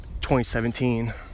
2017